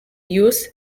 use